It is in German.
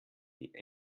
die